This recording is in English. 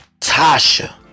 Tasha